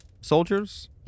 soldiers